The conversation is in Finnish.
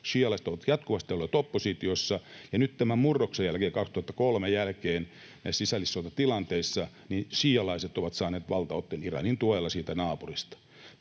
Šiialaiset ovat jatkuvasti olleet oppositiossa, ja nyt tämän murroksen jälkeen, 2003 jälkeen, näissä sisällissotatilanteissa šiialaiset ovat saaneet valtaotteen Iranin tuella siitä naapurista.